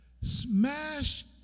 smash